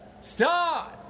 start